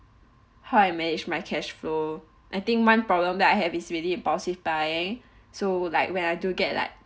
how I managed my cash flow I think one problem that I have is really impulsive buying so like when I do get like